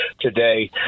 today